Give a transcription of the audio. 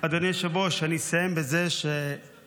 --- אדוני היושב-ראש, אני אסיים בזה שהתקציב